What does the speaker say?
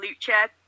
lucha